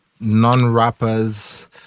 non-rappers